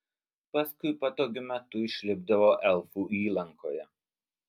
paskui patogiu metu išlipdavo elfų įlankoje